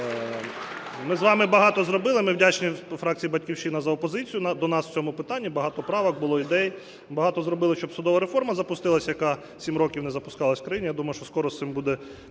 Ми з вами багато зробили. Ми вдячні фракції "Батьківщина" за опозицію до нас у цьому питанні, багато правок було, ідей. Багато зробили, щоб судова реформа запустилась, яка сім років не запускалась у країні. Я думаю, що скоро з цим буде